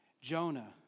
Jonah